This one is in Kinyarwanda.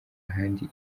ahandi